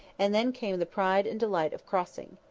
and then came the pride and delight of crossing.